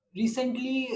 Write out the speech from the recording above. recently